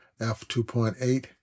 f2.8